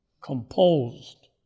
composed